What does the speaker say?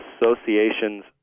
association's